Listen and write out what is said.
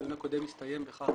הדיון הקודם הסתיים בכך